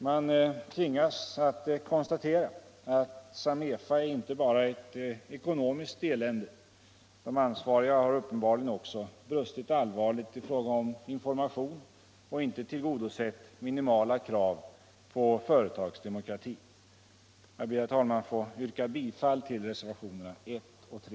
Man tvingas att konstatera att Samefa är inte bara ett ekonomiskt elände — de ansvariga har uppenbarligen också brustit allvarligt i fråga om information och inte tillgodosett minimala krav på företagsdemokrati. Herr talman! Jag ber att få yrka bifall till reservationerna 1 och 3.